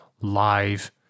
live